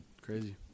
Crazy